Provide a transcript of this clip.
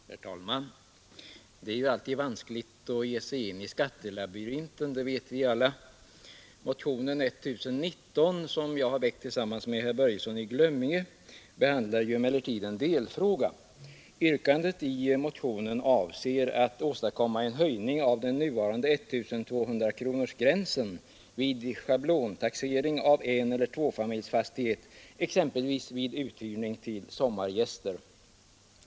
Herr talman! Det är alltid vanskligt att ge sig in i skattelabyrinter, det vet vi alla. Motionen 1019, som jag har väckt tillsammans med herr Börjesson i Glömminge, behandlar emellertid en delfråga. Yrkandet i motionen avser att åstadkomma en höjning av den nuvarande 1 200-kronorsgränsen vid schablontaxering av eneller tvåfamiljsfastighet, exempelvis vid uthyrning till sommargäster.